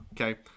okay